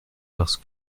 parce